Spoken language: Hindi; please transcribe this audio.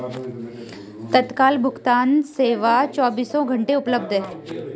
तत्काल भुगतान सेवा चोबीसों घंटे उपलब्ध है